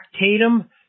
Tatum